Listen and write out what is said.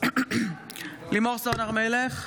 לימור סון הר מלך,